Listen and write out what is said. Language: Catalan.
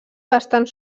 bastant